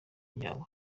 ryabo